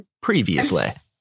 Previously